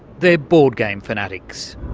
they're board game fanatics!